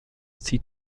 sie